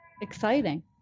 Exciting